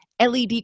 LED